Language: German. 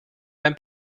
ein